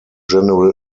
general